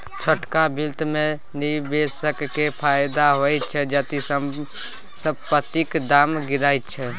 छोटका बित्त मे निबेशक केँ फायदा होइ छै जदि संपतिक दाम गिरय छै